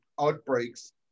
outbreaks